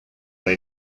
they